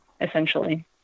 essentially